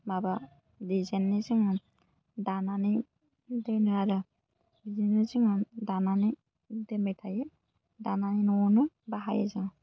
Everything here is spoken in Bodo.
माबा दिजाइननि जोङो दानानै दोनो आरो बिदिनो जोङो दानानै दोनबाय थायो दानानै बाहायो जों